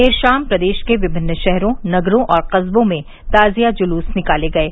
देर शाम प्रदेश के विभिन्न शहरो नगरो और कस्बों में ताजिया जुलूस निकाले गये